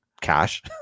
cash